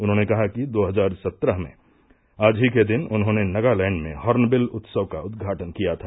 उन्होंने कहा कि दो हजार सत्रहमें आज ही के दिन उन्होंने नगालैष्ड में हॉनंबिल उत्सव का उदघाटन किया था